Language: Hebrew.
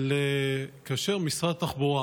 אבל כאשר משרד התחבורה